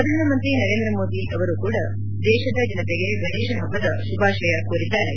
ಪ್ರಧಾನಮಂತ್ರಿ ನರೇಂದ್ರ ಮೋದಿ ಅವರು ಕೂಡ ದೇಶದ ಜನತೆಗೆ ಗಣೇಶ ಹಬ್ಲದ ಶುಭಾಷಯ ಕೋರಿದ್ದಾರೆ